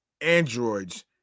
Androids